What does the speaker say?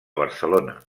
barcelona